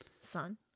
son